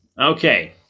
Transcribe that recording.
Okay